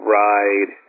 ride